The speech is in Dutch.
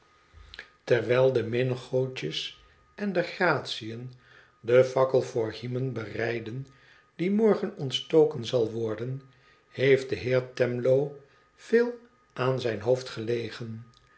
terwijl de minnegoodjes en de gratiën den fakkel voor hymen bereidden die morgen ontstoken zal worden heeft de heer twemlow veel aan zijn hoofd geleden